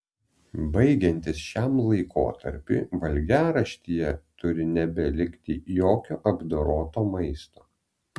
baigiantis šiam laikotarpiui valgiaraštyje turi nebelikti jokio apdoroto maisto